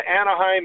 Anaheim